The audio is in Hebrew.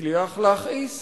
הצליח להכעיס